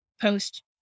post